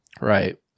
right